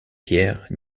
pierre